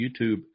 YouTube